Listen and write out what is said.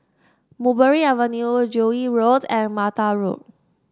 Mulberry Avenue Joo Yee Road and Mattar Road